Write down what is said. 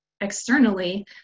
externally